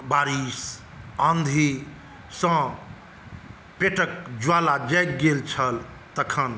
बारीश आँधी सँ बेतक ज्वाला जागि गेल छल तखन